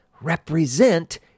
represent